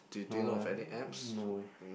no eh no eh